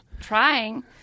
Trying